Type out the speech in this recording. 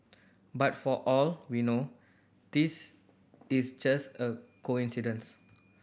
but for all we know this is just a coincidence